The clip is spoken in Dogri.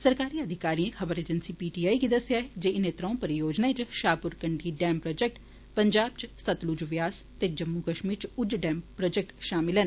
सरकारी अधिकारिएं खबर एजेंसी पीटीआई गी दस्सेआ जे इनें त्रौं परियोजनाएं च शाहपुर कंडी डैम प्रोजेक्ट पंजाब च सतलुज व्यास ते जम्मू कश्मीर च उझ डैम प्रोजेक्ट शामिल न